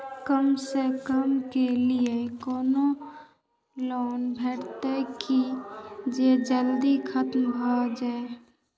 कम समय के लीये कोनो लोन भेटतै की जे जल्दी खत्म भे जे?